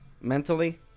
mentally